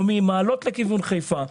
או ממעלות לכיוון חיפה,